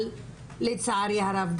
לצערי הרב,